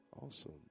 Awesome